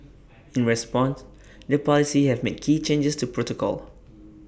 in response the Police have made key changes to protocol